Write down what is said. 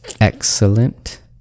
Excellent